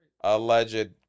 alleged